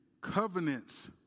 covenants